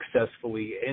successfully